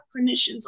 clinicians